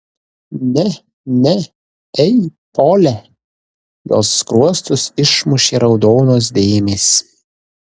ne ne ei pole jos skruostus išmušė raudonos dėmės